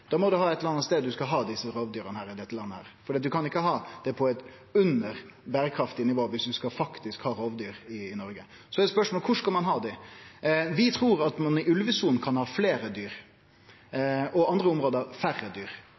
Da må det vere ein eller annan stad i dette landet ein skal ha desse rovdyra, for ein kan ikkje ha rovdyr under berekraftig nivå dersom ein faktisk skal ha rovdyr i Noreg. Så er spørsmålet: Kvar skal ein ha dei? Vi trur at i ulvesona kan ein ha fleire dyr og i andre område færre dyr.